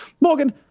Morgan